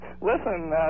Listen